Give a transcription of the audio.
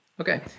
Okay